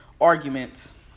Arguments